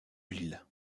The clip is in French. l’île